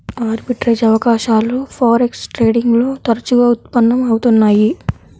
arbitrage అవకాశాలు forex trading లో తరచుగా ఉత్పన్నం అవుతున్నయ్యి